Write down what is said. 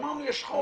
שמענו שיש חוק,